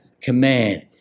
command